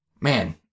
Man